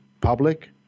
public